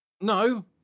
No